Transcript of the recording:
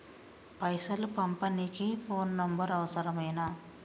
పైసలు పంపనీకి phone number అవసరమేనా?